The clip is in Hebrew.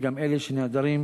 וגם אלה שנעדרים,